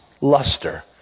luster